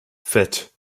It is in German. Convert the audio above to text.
fett